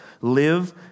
live